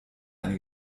eine